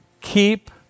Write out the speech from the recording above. Keep